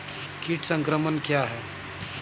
कीट संक्रमण क्या है?